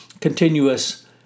continuous